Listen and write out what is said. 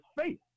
faith